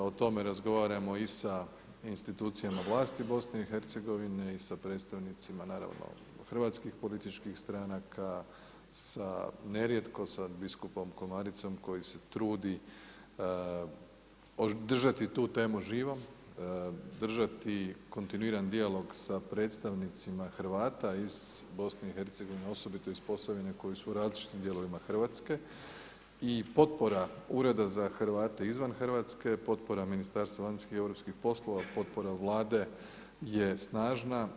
O tome razgovaramo i sa institucijama vlasti BIH i sa predstavnicima hrvatskih političkih stranaka, sa nerijetko sa biskupom Komaricom, koji se trudi, održati tu temu živom, držati kontinuiran dijalog sa predstavnicima Hrvata iz BiH osobito iz Posavine koji su u različitim dijelovima Hrvatske i potpora Ureda za Hrvate izvan Hrvatske, potpora Ministarstva vanjskih i europskih poslova, potpora Vlade je snažna.